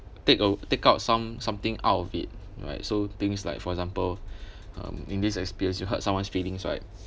take a take out some something out of it right so things like for example um in this experience you hurt someone's feelings right